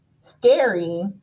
scary